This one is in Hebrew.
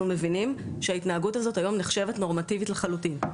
אנחנו מבינים שההתנהגות הזאת היום נחשבת נורמטיבית לחלוטין.